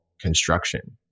construction